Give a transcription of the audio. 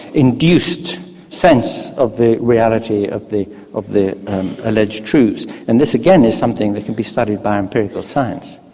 induced sense of the reality of the of the alleged truths. and this again is something that can be studied by empirical science.